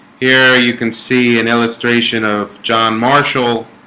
here? you can see an illustration of john marshall